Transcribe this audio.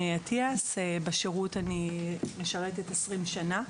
בשירות אני משרתת 20 שנה.